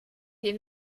die